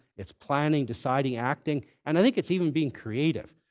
it's planning, deciding, acting. and i think it's even being creative.